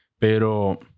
Pero